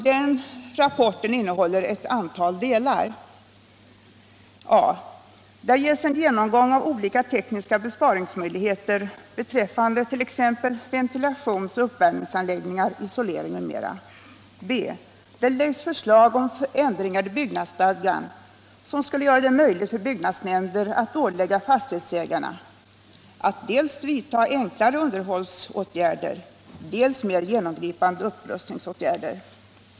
Den rapporten innehåller ett antal delar: a) Där ges en genomgång av olika tekniska besparingsmöjligheter be b) Där läggs förslag om ändringar i byggnadsstadgan, som skulle göra det möjligt för byggnadsnämnder att ålägga fastighetsägarna att vidta dels enklare underhållsåtgärder, dels mera genomgripande upprustningsåtgärder.